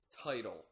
title